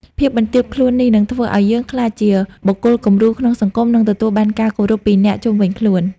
ភាពបន្ទាបខ្លួននេះ នឹងធ្វើឲ្យយើងក្លាយជា បុគ្គលគំរូក្នុងសង្គម និងទទួលបានការគោរពពីអ្នកជុំវិញខ្លួន។